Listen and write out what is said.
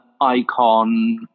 icon